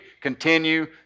continue